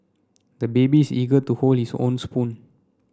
the baby is eager to hold his own spoon